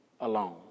alone